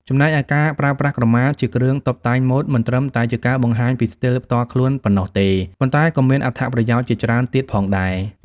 ចំណែកឯ ការប្រើប្រាស់ក្រមាជាគ្រឿងតុបតែងម៉ូដមិនត្រឹមតែជាការបង្ហាញពីស្ទីលផ្ទាល់ខ្លួនប៉ុណ្ណោះទេ ប៉ុន្តែក៏មានអត្ថប្រយោជន៍ជាច្រើនទៀតផងដែរ។